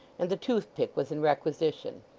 and the toothpick was in requisition.